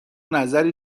نظری